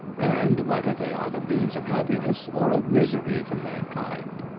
and whether they are the means of happiness or of misery to mankind.